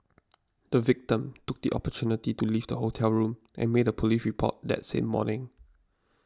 the victim took the opportunity to leave the hotel room and made a police report that same morning